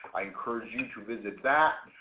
i encourage you to visit that.